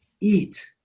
eat